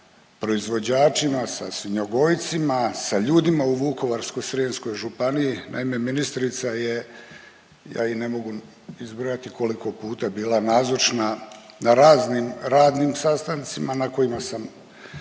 sa proizvođačima, sa svinjogojcima, sa ljudima u Vukovarsko-srijemskoj županiji. Naime, ministrica je ja ih ne mogu izbrojati koliko puta bila nazočna na raznim radnim sastancima na kojima sam